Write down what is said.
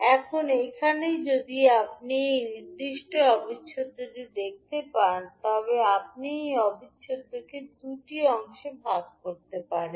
এখন এখানে যদি আপনি এই নির্দিষ্ট অবিচ্ছেদ্যটি দেখতে পান তবে আপনি এই অবিচ্ছেদ্যকে দুটি অংশে ভাগ করতে পারবেন